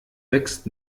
wächst